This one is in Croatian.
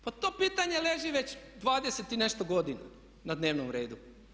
Pa to pitanje leži već 20 i nešto godina na dnevnom redu.